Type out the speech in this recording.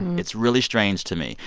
it's really strange to me.